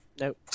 Nope